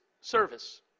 service